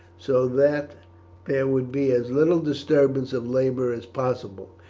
so that there would be as little disturbance of labour as possible.